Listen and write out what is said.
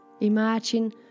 Imagine